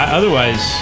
otherwise